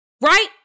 right